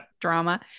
drama